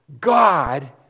God